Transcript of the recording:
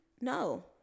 No